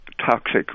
toxic